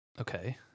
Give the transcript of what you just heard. Okay